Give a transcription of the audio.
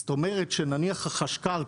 זאת אומרת שנניח החשכ"ל,